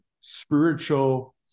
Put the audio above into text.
spiritual